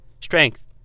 strength